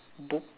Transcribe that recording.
book